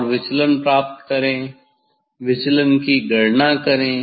और विचलन प्राप्त करें विचलन की गणना करें